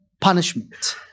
punishment